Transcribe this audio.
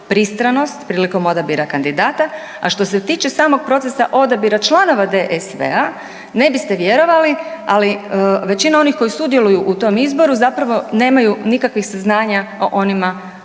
pristranost prilikom odabira kandidata. A što se tiče samog procesa odabira članova DSV-a ne biste vjerovali, ali većina onih koji sudjeluju u tom izboru zapravo nemaju nikakvih saznanja o onima